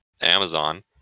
amazon